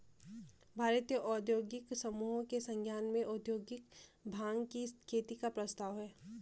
भारतीय औद्योगिक समूहों के संज्ञान में औद्योगिक भाँग की खेती का प्रस्ताव है